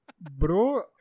Bro